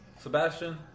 Sebastian